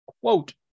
quote